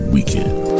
Weekend